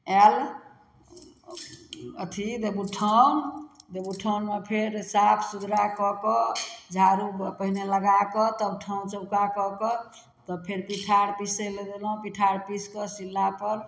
आएल अथी देबउठाओन देबउठाओनमे फेर साफ सुथरा कऽ कऽ झाड़ू पहिने लगा कऽ तब ठाँउ चौका कऽ कऽ तब फेर पीठार पीसै लए गेलहुँ पीठार पीस कऽ शिला पर